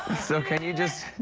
so can you just